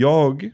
Jag